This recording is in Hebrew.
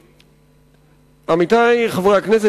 עמיתי חברי הכנסת,